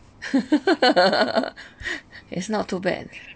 it's not too bad